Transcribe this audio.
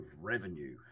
revenue